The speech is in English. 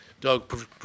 Doug